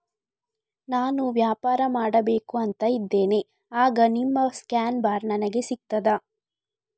ನಾನು ವ್ಯಾಪಾರ ಮಾಡಬೇಕು ಅಂತ ಇದ್ದೇನೆ, ಆಗ ನಿಮ್ಮ ಸ್ಕ್ಯಾನ್ ಬಾರ್ ನನಗೆ ಸಿಗ್ತದಾ?